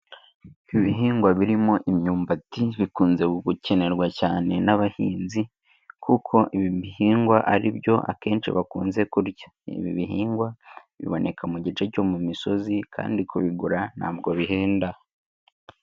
Ibihingwa birimo imyumbati bikunze gukenerwa cyane n'abahinzi, kuko ibihingwa ari byo akenshi bakunze kurya. Ibi bihingwa biboneka mu gice cyo mu misozi, kandi kubigura ntabwo bihenda.